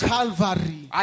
Calvary